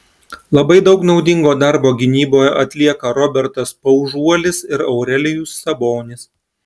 labai daug naudingo darbo gynyboje atlieka robertas paužuolis ir aurelijus sabonis